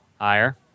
Higher